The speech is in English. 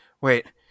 wait